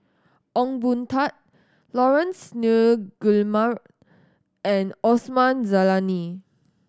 Ong Boon Tat Laurence Nunns Guillemard and Osman Zailani